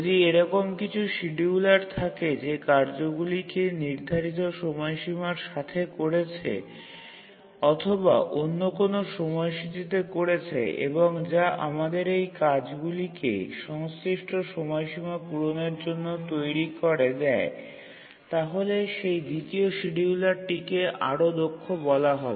যদি এরকম কিছু শিডিউলার থাকে যে কার্যগুলিকে নির্ধারিত সময়সীমার সাথে করছে অথবা অন্য কোন সময়সূচীতে করছে এবং যা আমাদের এই কাজগুলিকে সংশ্লিষ্ট সময়সীমা পূরণের জন্য তৈরি করে দেয় তাহলে সেই দ্বিতীয় শিডিউলারটিকে আরও দক্ষ বলা হবে